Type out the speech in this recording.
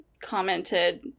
commented